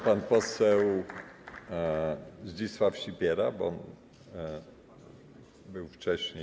Pan poseł Zdzisław Sipiera, bo był wcześniej.